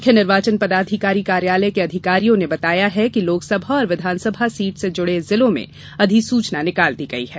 मुख्य निर्वाचन पदाधिकारी कार्यालय के अधिकारियों र्न बताया कि लोकसभा और विधानसभा सीट से जुड़े जिलों में अधिसूचना निकाल दी गई है